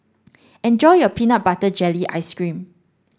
enjoy your peanut butter jelly ice cream